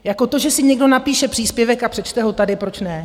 Jako to, že si někdo napíše příspěvek a přečte ho tady, proč ne?